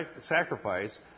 sacrifice